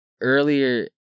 earlier